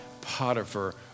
Potiphar